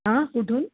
हा कुठून